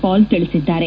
ಪಾಲ್ ತಿಳಿಸಿದ್ದಾರೆ